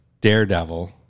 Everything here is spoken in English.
Daredevil